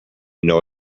know